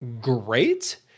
great